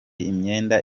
imyenda